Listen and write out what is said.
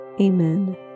Amen